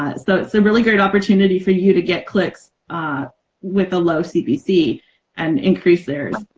ah so, it's a really good opportunity for you to get clicks with a low cpc and increase theirs,